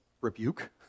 rebuke